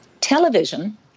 television